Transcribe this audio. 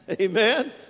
Amen